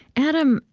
adam,